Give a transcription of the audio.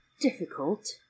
Difficult